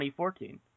2014